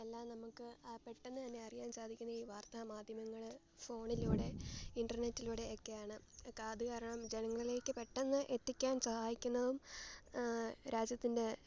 എല്ലാം നമുക്ക് പെട്ടെന്ന് തന്നെ അറിയാൻ സാധിക്കുന്ന ഈ വാർത്ത മാധ്യമങ്ങൾ ഫോണിലൂടെ ഇൻറർനെറ്റിലൂടെ ഒക്കെയാണ് അത് കാരണം ജനങ്ങളിലേക്ക് പെട്ടെന്ന് എത്തിക്കാൻ സഹായിക്കുന്നതും രാജ്യത്തിൻ്റെ